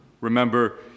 Remember